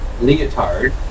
leotard